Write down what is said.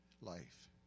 life